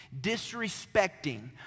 disrespecting